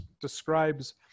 describes